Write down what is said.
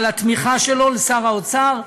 שר האוצר,